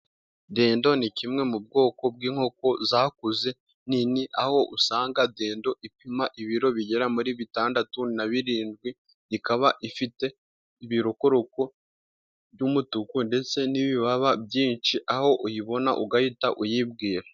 Dendo ni kimwe mu bwoko bw'inkoko zakuze nini, aho usanga dendo ipima ibiro bigera muri bitandatu na birindwi ikaba ifite ibirokoroko by'umutuku ndetse n'ibibaba byinshi aho uyibona ugahita uyibwira.